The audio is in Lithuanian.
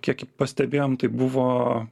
kiek pastebėjom tai buvo